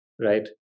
right